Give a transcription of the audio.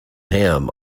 ham